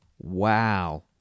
wow